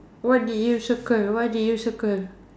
what did you circle what did you circle